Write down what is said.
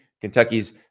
Kentucky's